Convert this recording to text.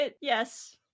yes